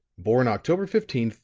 born october fifteen,